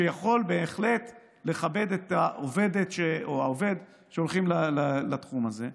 שיכול בהחלט לכבד את העובדת או העובד שהולכים לתחום הזה.